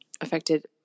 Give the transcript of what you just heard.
affected